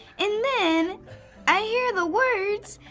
and then i hear the words,